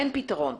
אין פתרון.